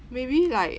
maybe like